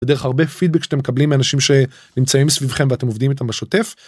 דרך הרבה פידבק שאתם מקבלים אנשים שנמצאים סביבכם ואתם עובדים איתם בשוטף.